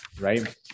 Right